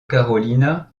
carolina